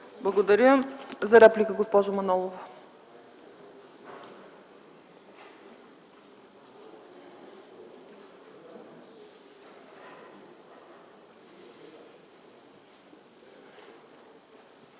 Благодаря. За реплика – госпожа Манолова.